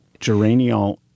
geraniol